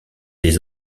des